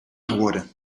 geworden